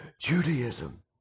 Judaism